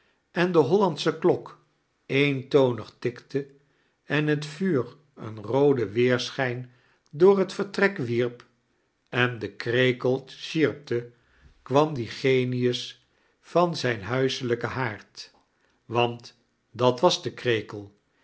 en de hollandsche klok eentondg tikte en het tout een roodea weerschijn door het vertnek wierp en de krekel sjdrpte kwam die genius van zijn huiselijken haard want dat was de krekel